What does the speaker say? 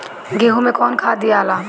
गेहूं मे कौन खाद दियाला?